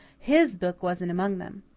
his book wasn't among them.